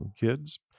kids